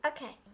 Okay